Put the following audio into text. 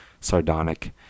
sardonic